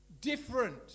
different